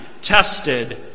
tested